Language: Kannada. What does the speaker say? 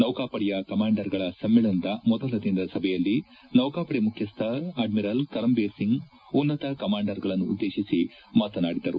ನೌಕಾಪಡೆಯ ಕಮಾಂಡರ್ಗಳ ಸಮ್ನೇಳನದ ಮೊದಲ ದಿನದ ಸಭೆಯಲ್ಲಿ ನೌಕಾಪಡೆ ಮುಖ್ಯಸ್ನ ಅಡ್ಡಿರಲ್ ಕರ್ಮಭೀರ್ ಸಿಂಗ್ ಉನ್ನತ ಕಮಾಂಡರ್ಗಳನ್ನು ಉದ್ದೇಶಿಸಿ ಮಾತನಾಡಿದರು